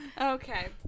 Okay